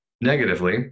Negatively